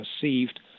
perceived